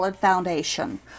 foundation